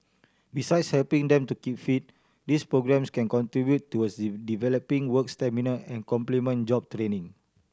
besides helping them to keep fit these programmes can contribute towards developing work stamina and complement job training